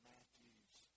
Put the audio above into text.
Matthew's